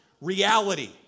reality